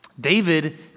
David